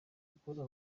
ukora